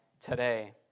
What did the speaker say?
today